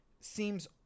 seems